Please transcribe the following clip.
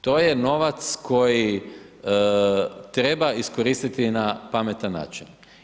To je novac, koji treba iskoristiti na pametan način.